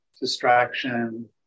distraction